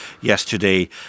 yesterday